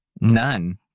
None